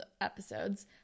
episodes